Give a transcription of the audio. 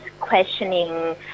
questioning